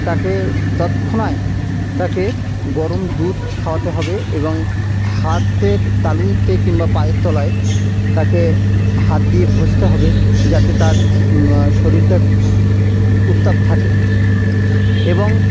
তাকে তৎক্ষণাৎ তাকে গরম দুধ খাওয়াতে হবে এবং হাতের তালুতে কিংবা পায়ের তলায় তাকে হাত দিয়ে ঘষতে হবে যাতে তার শরীরটায় উত্তাপ থাকে এবং